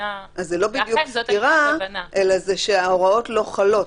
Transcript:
אז זה לא בדיוק סתירה אלא זה שההוראות לא חלות.